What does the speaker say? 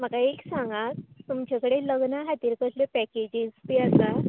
म्हाका एक सांगात तुमचे कडेन लग्ना खातीर कसले पॅकेजीज बी आसा